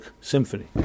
symphony